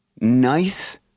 nice